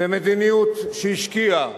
ומדיניות שהשקיעה